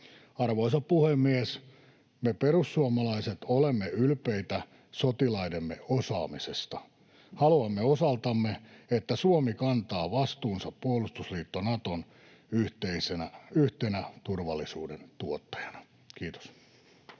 Arvoisa puhemies! Me perussuomalaiset olemme ylpeitä sotilaidemme osaamisesta. Haluamme osaltamme, että Suomi kantaa vastuunsa puolustusliitto Naton yhtenä turvallisuuden tuottajana. — Kiitos.